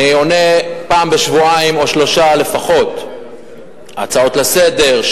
אני עונה פעם בשבועיים או שלושה שבועות לפחות על הצעות לסדר-היום,